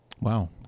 Wow